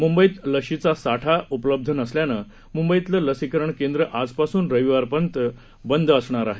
मुंबईत लशीचा साठा उपलब्ध नसल्यानं मुंबईतली लसीकरण केंद्र आजपासून रविवार पर्यंत बंद असणार आहेत